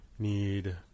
need